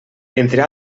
entre